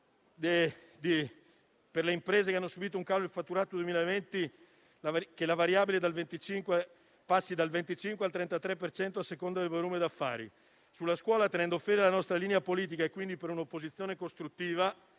per le imprese che hanno subito un calo di fatturato nel 2020 che la variabile passi dal 25 al 33 per cento a seconda del volume d'affari. Sulla scuola, tenendo fede alla nostra linea politica e per dimostrare di essere un'opposizione costruttiva